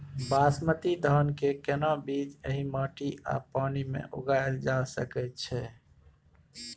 बासमती धान के केना बीज एहि माटी आ पानी मे उगायल जा सकै छै?